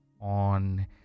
on